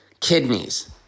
kidneys